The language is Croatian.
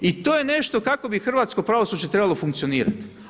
I to je nešto, kako bi hrvatsko pravosuđe trebalo funkcionirati.